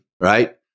right